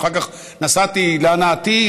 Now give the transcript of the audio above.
ואחר כך נסעתי להנאתי,